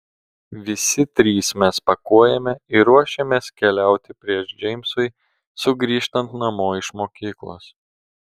visi trys mes pakuojame ir ruošiamės keliauti prieš džeimsui sugrįžtant namo iš mokyklos